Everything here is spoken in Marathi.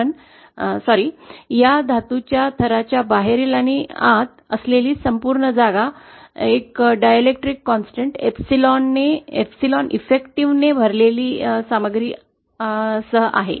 पण क्षमस्व या धातूच्या थरच्या बाहेरील आणि आत असलेली संपूर्ण जागा डाइलेक्ट्रिक स्थिर 𝝴 ने प्रभावी असलेल्या सामग्रीसह आहे